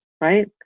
right